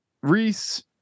Reese